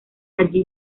allí